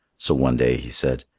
so one day he said,